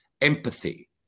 empathy